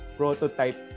prototype